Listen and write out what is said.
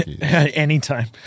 Anytime